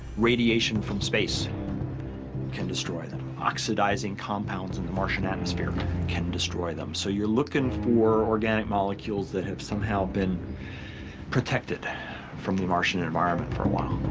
radiation from space can destroy them, oxidizing compounds in the martian atmosphere can destroy them. so, you're looking for organic molecules that have somehow been protected from the martian and environment for a while.